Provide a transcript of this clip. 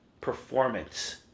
performance